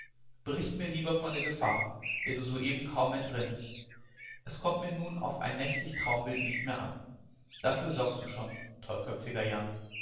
bericht mir lieber von der gefahr der du soeben kaum entrannst es kommt mir nun auf ein nächtlich traumbild nicht mehr an dafür sorgst du schon tollköpfiger jan